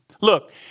Look